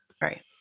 right